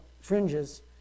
fringes